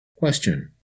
Question